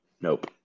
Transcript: Nope